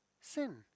sin